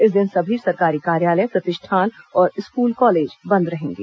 इस दिन सभी सरकारी कार्यालय प्रतिष्ठान और स्कूल कॉलेज बंद रहेंगे